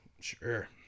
Sure